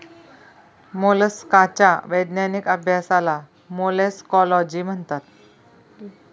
मोलस्काच्या वैज्ञानिक अभ्यासाला मोलॅस्कोलॉजी म्हणतात